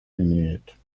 innate